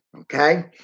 okay